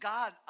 God